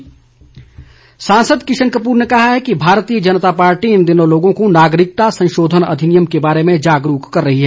किशन कपूर सांसद किशन कपूर ने कहा है कि भारतीय जनता पार्टी इन दिनों लोगों को नागरिकता संशोधन अधिनियम के बारे में जागरूक कर रही है